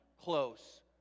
close